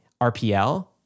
RPL